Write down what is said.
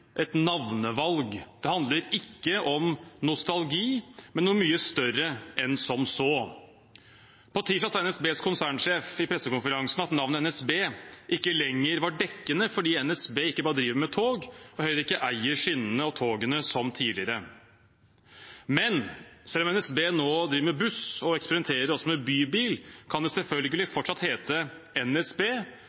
et navnevalg. Det handler ikke om nostalgi, men om noe mye større enn som så. På tirsdag sa NSBs konsernsjef på pressekonferansen at NSB ikke lenger var dekkende fordi NSB ikke bare driver med tog og heller ikke eier skinnene og togene som tidligere. Men selv om NSB nå driver med buss og også eksperimenterer med bybil, kan det selvfølgelig fortsatt hete NSB